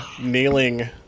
nailing